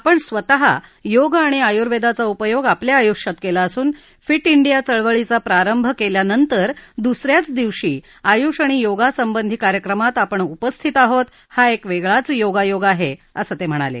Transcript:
आपण स्वतः योग आणि आयुर्वेदाचा उपयोग आपल्या आयुष्यात केला असून फिट डिया चळवळीचा प्रांरभ केल्या नंतर दुसऱ्याच दिवशी आयुष आणि योगासंबधी कार्यक्रमात आपण उपस्थित आहोत हा एक वेगळाच योगायोग आहे असं ते म्हणाले